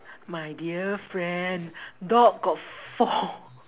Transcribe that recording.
my dear friend dog got four